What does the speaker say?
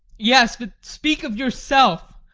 yes, but speak of yourself.